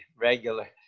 regular